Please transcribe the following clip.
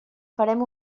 farem